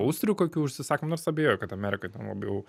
austrių kokių užsisako nors abejoju kad amerikoj ten labai jau